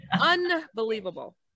unbelievable